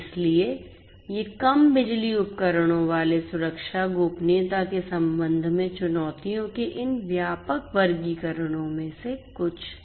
इसलिए ये कम बिजली उपकरणों वाले सुरक्षा गोपनीयता के संबंध में चुनौतियों के इन व्यापक वर्गीकरणों में से कुछ हैं